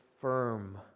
firm